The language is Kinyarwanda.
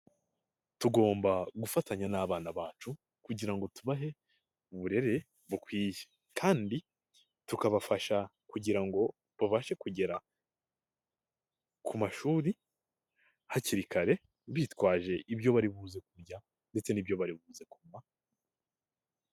Tugomba gufatanya n'abana bacu, kugira ngo tubahe uburere bukwiye. Kandi tukabafasha kugira ngo babashe kugera ku mashuri hakiri kare, bitwaje ibyo bari buze kurya ndetse n'ibyo baribuze kunywa.